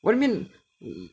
what do you mean mm